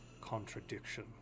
contradiction